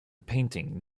painting